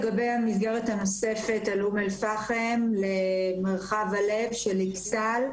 לגבי המסגרת הנוספת לאום אל-פחם למרחב הלב של אכסאל,